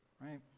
right